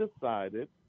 decided